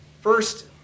First